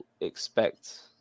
expect